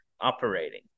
operating